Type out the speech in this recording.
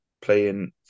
playing